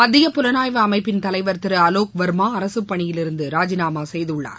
மத்திய புலனாய்வு அமைப்பின் தலைவர் திரு அலோக் வர்மா அரசுப்பணியிலிருந்து ராஜினாமா செய்துள்ளார்